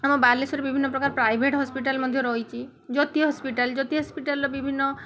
ଆମ ବାଲେଶ୍ୱର ବିଭିନ୍ନପ୍ରକାରର private hospital ମଧ୍ୟ ରହିଛି ଜ୍ୟୋତି ହସ୍ପିଟାଲ ଜ୍ୟୋତି ହସ୍ପିଟାଲର ବିଭିନ୍ନ